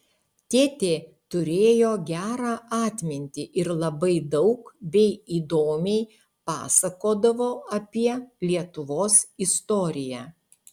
tėtė turėjo gerą atmintį ir labai daug bei įdomiai pasakodavo apie lietuvos istoriją